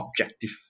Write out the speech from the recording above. objective